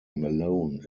malone